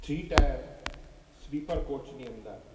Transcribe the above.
three tier sleeper કોચની અંદર